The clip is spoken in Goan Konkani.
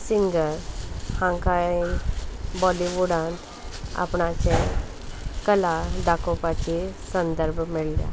सिंगर हांकांय बॉलिवूडांत आपणाचें कला दाखोवपाचे संदर्भ मेळ्ळ्या